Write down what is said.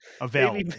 available